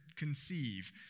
conceive